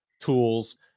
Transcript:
tools